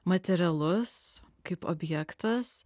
materialus kaip objektas